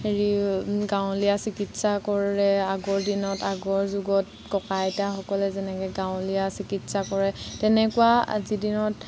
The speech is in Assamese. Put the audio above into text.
হেৰি গাঁৱলীয়া চিকিৎসা কৰে আগৰ দিনত আগৰ যুগত ককা আইতাসকলে যেনেকৈ গাঁৱলীয়া চিকিৎসা কৰে তেনেকুৱা আজি দিনত